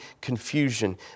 confusion